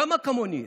כמה כמוני יש?